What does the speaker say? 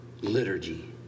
Liturgy